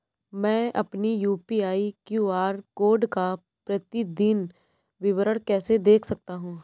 मैं अपनी UPI QR code का प्रतीदीन विवरण कैसे देख सकता हूँ?